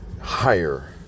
higher